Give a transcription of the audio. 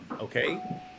okay